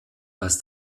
als